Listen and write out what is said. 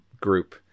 group